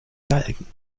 galgen